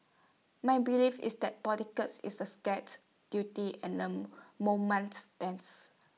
my belief is that politics is A sacred duty and A mammoth tense